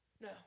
No